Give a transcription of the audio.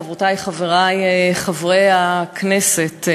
חברותי וחברי חברי הכנסת,